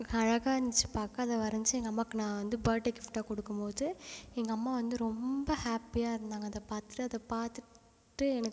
அழகாக இருந்துச்சு பார்க்க அதை வரைஞ்சி எங்கள் அம்மாவுக்கு நான் வந்து பேர்டே கிஃப்ட்டாக கொடுக்கும்போது எங்கள் அம்மா வந்து ரொம்ப ஹாப்பியாக இருந்தாங்க அதை பார்த்துட்டு அதை பார்த்துட்டு